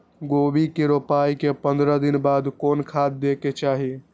गोभी के रोपाई के पंद्रह दिन बाद कोन खाद दे के चाही?